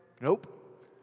Nope